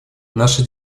наша